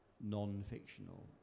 non-fictional